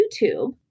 YouTube